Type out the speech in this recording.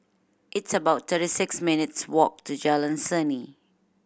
it's about thirty six minutes' walk to Jalan Seni